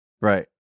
right